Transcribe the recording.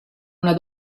una